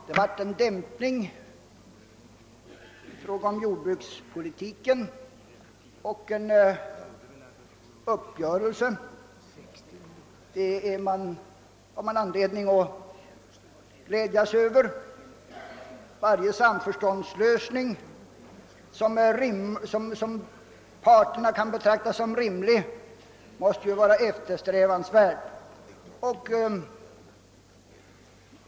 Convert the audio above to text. Debatten kring jordbrukspolitiken har dämpats, och en uppgörelse träffats som man har anledning att glädjas över. Varje samförståndslösning, som parterna kan betrakta som rimlig, måste vara eftersträvansvärd.